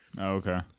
Okay